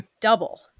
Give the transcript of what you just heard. double